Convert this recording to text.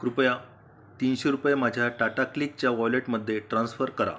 कृपया तीनशे रुपये माझ्या टाटाक्लिकच्या वॉलेटमध्ये ट्रान्स्फर करा